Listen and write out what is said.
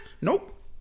Nope